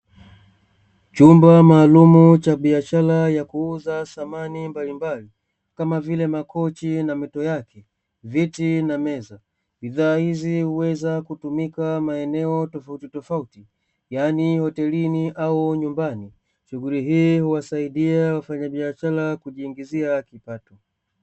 Chumba maalumu cha biashara ya kuuza samani mbalimbali, kama vile: makochi na mito yake, viti na meza. Bidhaa hizi huweza kutumika maeneo tofautitofauti yaani hotelini au nyumbani. Shughuli hii huwasaidia wafanyabiashara kujiingizia kipato.